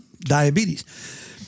diabetes